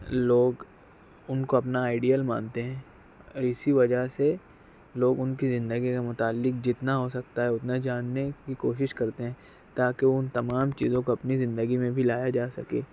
لوگ ان کو اپنا آئڈیل مانتے ہیں اور اسی وجہ سے لوگ ان کی زندگی کے متعلق جتنا ہو سکتا ہے اتنا جاننے کی کوشش کرتے ہیں تاکہ ان تمام چیزوں کو اپنی زندگی میں بھی لایا جا سکے